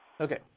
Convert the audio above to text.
okay